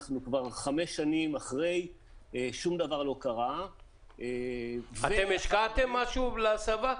אנחנו כבר חמש שנים אחרי ושום דבר לא קרה -- אתם השקעתם משהו להסבה?